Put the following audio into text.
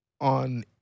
on